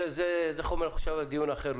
זה חומר למחשבה לדיון אחר,